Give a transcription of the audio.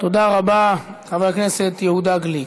תודה רבה, חבר הכנסת יהודה גליק.